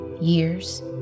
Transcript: Years